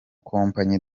kompanyi